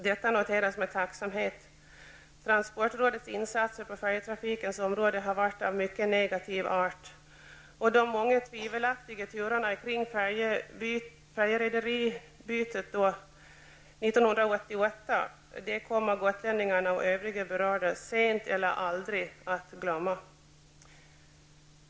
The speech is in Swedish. Detta noteras med tacksamhet. Transportrådets insatser på färjetrafikens område har varit av mycket negativ art. De många tvivelaktiga turerna kring bytet av färjerederi 1988 kommer gotlänningarna och övriga berörda sent eller aldrig att glömma.